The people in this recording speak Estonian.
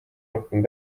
rohkem